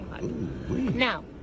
now